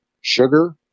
sugar